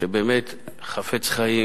שבאמת חפץ בחיים,